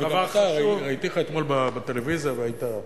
ראיתיך אתמול בטלוויזיה והיתה